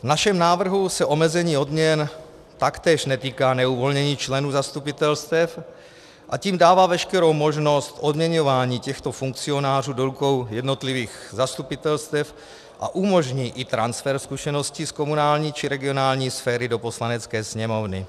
V našem návrhu se omezení odměn taktéž netýká neuvolněných členů zastupitelstev, a tím dává veškerou možnost odměňování těchto funkcionářů do rukou jednotlivých zastupitelstev a umožní i transfer zkušeností z komunální či regionální sféry do Poslanecké sněmovny.